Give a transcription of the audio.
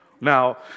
Now